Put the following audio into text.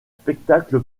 spectacle